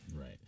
Right